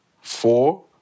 Four